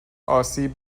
آسیب